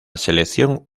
selección